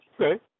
Okay